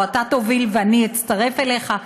או שאתה תוביל ואני אצטרף אליך.